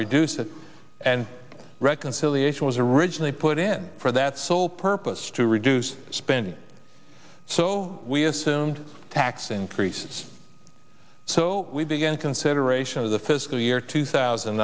reduce it and reconciliation was originally put in for that sole purpose to reduce spending so we assumed tax increases so we began consideration of the fiscal year two thousand